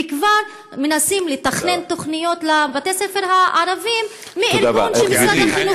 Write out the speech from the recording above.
וכבר מנסים לתכנן תוכניות לבתי-הספר הערביים מארגון שמשרד החינוך בחר.